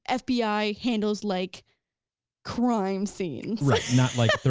ah fbi handles like crime scenes. right, not like